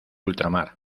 ultramar